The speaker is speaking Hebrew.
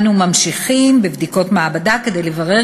אנו ממשיכים בבדיקות מעבדה כדי לברר